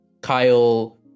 Kyle